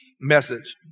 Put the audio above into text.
message